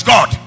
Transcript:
God